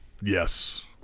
Yes